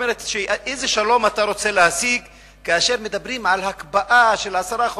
איזה שלום אתה רוצה להשיג כאשר מדברים על הקפאה של עשרה חודשים,